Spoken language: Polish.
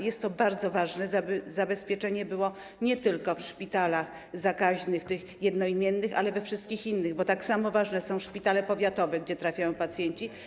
Jest to bardzo ważne, żeby takie zabezpieczenie było nie tylko w szpitalach zakaźnych, tych jednoimiennych, ale także we wszystkich innych, bo tak samo ważne są szpitale powiatowe, gdzie trafiają pacjenci.